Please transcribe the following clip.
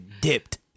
dipped